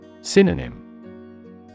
Synonym